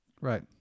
Right